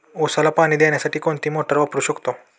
उसाला पाणी देण्यासाठी कोणती मोटार वापरू शकतो?